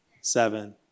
seven